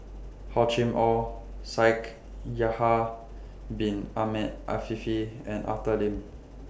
Hor Chim Or Shaikh Yahya Bin Ahmed Afifi and Arthur Lim